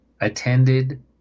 attended